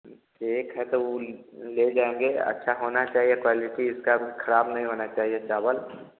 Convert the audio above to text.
ठीक है तो वह ले जाएँगे अच्छा होना चाहिए क्वालिटी इसका खराब नहीं होना चाहिए चावल